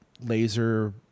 laser